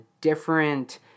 different